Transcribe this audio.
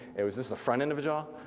it was just the front end of the jaw.